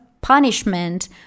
punishment